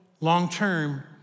long-term